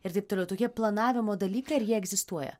ir taip toliau tokie planavimo dalykai ar jie egzistuoja